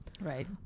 Right